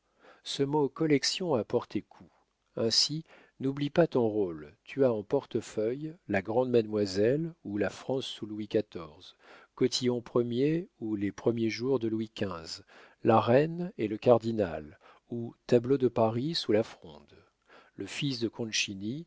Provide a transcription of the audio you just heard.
ce mot collection a porté coup ainsi n'oublie pas ton rôle tu as en portefeuille la grande mademoiselle ou la france sous louis xiv cotillon ier ou les premiers jours de louis xv la reine et le cardinal ou tableau de paris sous la fronde le fils de